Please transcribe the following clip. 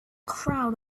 crowd